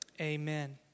Amen